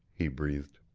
he breathed.